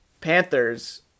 Panthers